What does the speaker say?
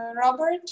Robert